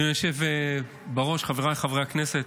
אדוני היושב בראש, חבריי חברי הכנסת,